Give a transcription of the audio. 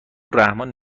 رحمان